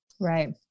Right